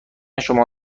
شماها